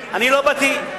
אדוני,